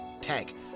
tank